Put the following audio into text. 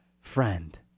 friend